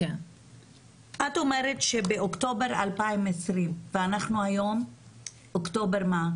את אומרת שבאוקטובר 2020 ואנחנו היום אוקטובר מה?